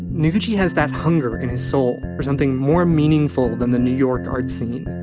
noguchi has that hunger in his soul for something more meaningful than the new york art scene.